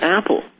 Apple